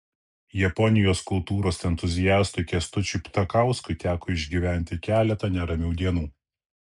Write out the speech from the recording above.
japonijos kultūros entuziastui kęstučiui ptakauskui teko išgyventi keletą neramių dienų